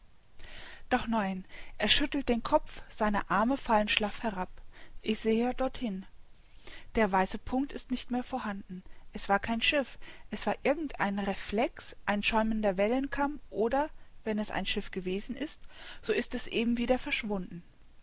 doch nein er schüttelt den kopf seine arme fallen schlaff herab ich sehe dorthin der weiße punkt ist nicht mehr vorhanden es war kein schiff es war irgend ein reflex ein schäumender wellenkamm oder wenn es ein schiff gewesen ist so ist es eben wieder verschwunden